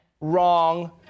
Wrong